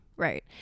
Right